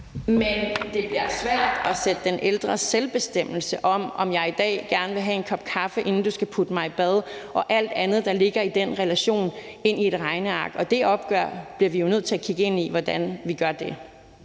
men det bliver svært at sætte den ældres selvbestemmelse over, om jeg i dag gerne vil have en kop kaffe, inden du skal give mig et bad, og alt andet, der ligger i den relation, ind i et regneark. Det opgør bliver vi jo nødt til at kigge ind i hvordan vi tager.